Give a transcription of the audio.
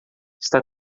está